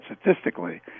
statistically